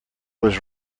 was